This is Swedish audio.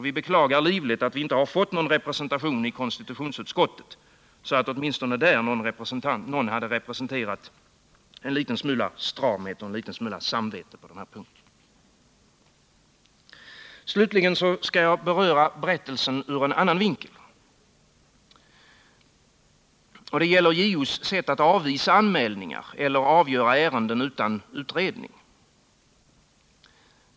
Vi beklagar livligt att vi inte har fått någon representation i konstitutionsutskottet, så att åtminstone någon där hade representerat en smula stramhet och samvete på denna punkt. Slutligen skall jag beröra berättelsen ur en annan vinkel. Det gäller JO:s sätt att avvisa anmälningar eller avgöra ärenden utan utredning.